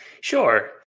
Sure